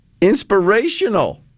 inspirational